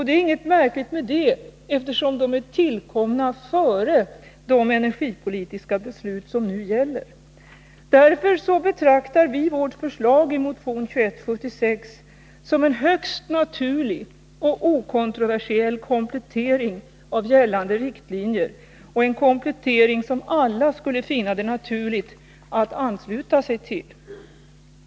Det är inget märkligt med det, eftersom de är tillkomna före de energipolitiska beslut som nu gäller. Därför betraktar vi vårt förslag i motionen 2176 som en högst naturlig och okontroversiell komplettering av gällande riktlinjer, en komplettering som alla borde finna det naturligt att ansluta sig till.